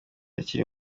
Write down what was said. akiri